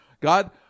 God